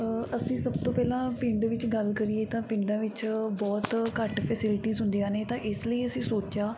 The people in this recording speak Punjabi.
ਅਸੀਂ ਸਭ ਤੋਂ ਪਹਿਲਾਂ ਪਿੰਡ ਵਿੱਚ ਗੱਲ ਕਰੀਏ ਤਾਂ ਪਿੰਡਾਂ ਵਿੱਚ ਬਹੁਤ ਘੱਟ ਫੈਸਿਲਟੀਸ ਹੁੰਦੀਆਂ ਨੇ ਤਾਂ ਇਸ ਲਈ ਅਸੀਂ ਸੋਚਿਆ